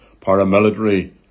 paramilitary